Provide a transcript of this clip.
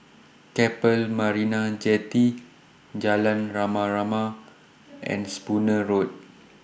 Keppel Marina Jetty Jalan Rama Rama and Spooner Road